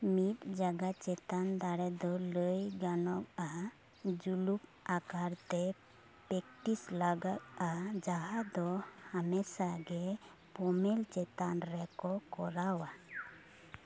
ᱢᱤᱫ ᱡᱟᱸᱜᱟ ᱪᱮᱛᱟᱱ ᱫᱟᱲᱮᱫᱚ ᱞᱟᱹᱭ ᱜᱟᱱᱚᱜᱼᱟ ᱡᱩᱞᱩᱯ ᱟᱠᱟᱨᱛᱮ ᱯᱮᱠᱴᱤᱥ ᱞᱟᱜᱟᱜᱼᱟ ᱡᱟᱦᱟᱸᱫᱚ ᱦᱟᱢᱮᱥᱟ ᱜᱮ ᱯᱳᱢᱮᱞ ᱪᱮᱛᱟᱱ ᱨᱮᱠᱚ ᱠᱚᱨᱟᱣᱟ